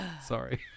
Sorry